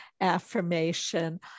affirmation